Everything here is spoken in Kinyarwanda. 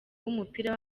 w’umupira